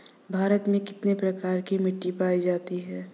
भारत में कितने प्रकार की मिट्टी पाई जाती हैं?